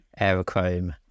aerochrome